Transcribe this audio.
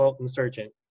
insurgent